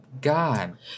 God